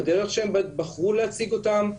בדרך שהם בחרו להציג אותם,